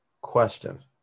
Question